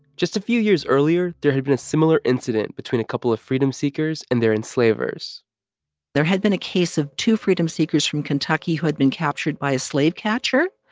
just a few years earlier, there had been a similar incident between a couple of freedom-seekers and their enslavers there had been a case of two freedom-seekers from kentucky who had been captured by a slave catcher,